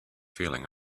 feeling